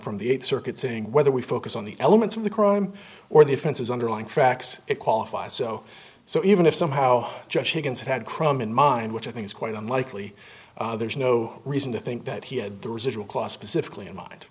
from the eighth circuit saying whether we focus on the elements of the crime or the offenses underlying facts it qualifies so so even if somehow just begins had a crime in mind which i think is quite unlikely there's no reason to think that he had the residual claw specifically in mind